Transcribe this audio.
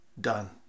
done